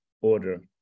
order